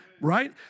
Right